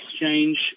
exchange